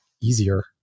easier